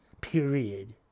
Period